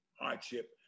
hardship